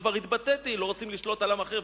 וכבר התבטאתי: לא רוצים לשלוט על עם אחר,